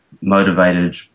motivated